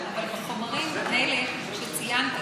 אבל בחומרים האלה שציינתי,